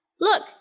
Look